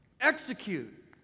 Execute